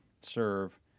serve